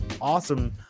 awesome